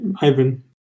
Ivan